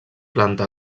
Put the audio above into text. planta